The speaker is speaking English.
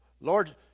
Lord